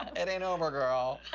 and ain't over, girl!